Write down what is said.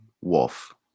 wolf